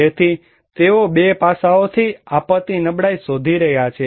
તેથી તેઓ 2 પાસાઓથી આપત્તિ નબળાઈ શોધી રહ્યા છે